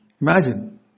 imagine